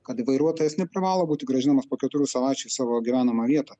kad vairuotojas neprivalo būti grąžinamas po keturių savaičių į savo gyvenamą vietą